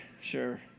sure